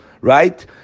right